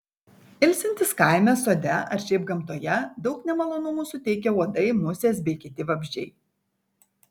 ilsintis kaime sode ar šiaip gamtoje daug nemalonumų suteikia uodai musės bei kiti vabzdžiai